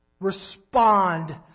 respond